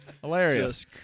Hilarious